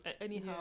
anyhow